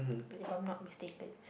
if I'm not mistaken